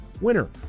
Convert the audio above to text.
Winner